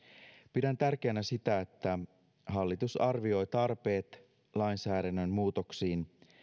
pidän tärkeänä sitä että hallitus arvioi tarpeet lainsäädännön muutoksiin